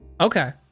Okay